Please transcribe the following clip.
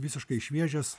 visiškai šviežias